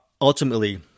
ultimately